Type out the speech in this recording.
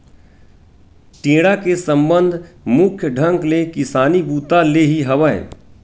टेंड़ा के संबंध मुख्य ढंग ले किसानी बूता ले ही हवय